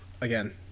again